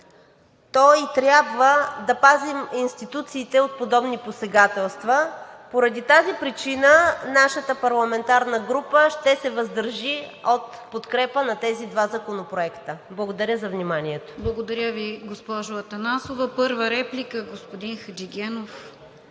то трябва и да пазим институциите от подобни посегателства. Поради тази причина нашата парламентарна група ще се въздържи от подкрепа на тези два законопроекта. Благодаря за вниманието. ПРЕДСЕДАТЕЛ РОСИЦА КИРОВА: Благодаря Ви, госпожо Атанасова. Първа реплика – господин Хаджигенов.